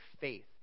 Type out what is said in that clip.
faith